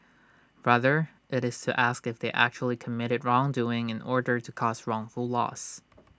rather IT is to ask if they actually committed wrongdoing in order to cause wrongful loss